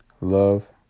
Love